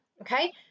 okay